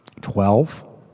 Twelve